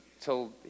till